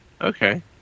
okay